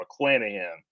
McClanahan